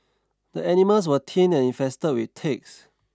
the animals were thin and infested with ticks